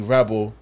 Rebel